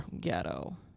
ghetto